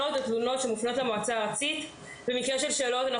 מופנות למועצה הארצית שאלות ופניות.